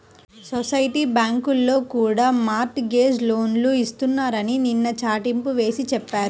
society బ్యాంకుల్లో కూడా mortgage లోన్లు ఇస్తున్నారని నిన్న చాటింపు వేసి చెప్పారు